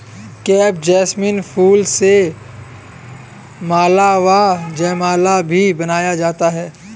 crepe jasmine फूल से माला व जयमाला भी बनाया जाता है